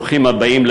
ברוכים הבאים,